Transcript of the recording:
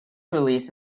release